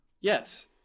Yes